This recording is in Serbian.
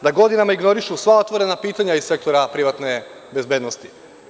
Da godinama ignorišu sva otvorena pitanja iz sektora privatne bezbednosti.